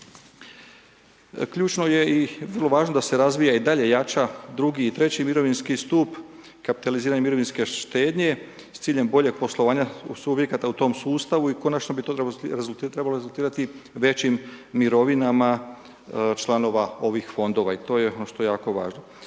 Ključno je i vrlo važno da se razvija i dalje jača drugi i treći mirovinski stup, kataliziranje mirovinske štednje s ciljem boljeg poslovanja subjekata u tom sustavu i konačno bi to trebalo rezultirati većim mirovinama članova ovih fondova i to je ono što je jako važno.